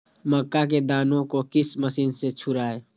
मक्का के दानो को किस मशीन से छुड़ाए?